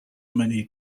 many